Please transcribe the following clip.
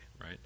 right